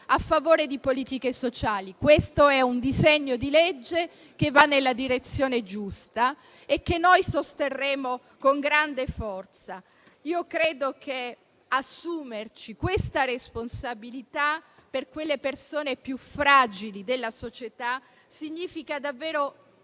e della comunità. Questo è un disegno di legge che va nella direzione giusta e che noi sosterremo con grande forza. Credo che assumerci una tale responsabilità per le persone più fragili della società significhi davvero